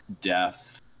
death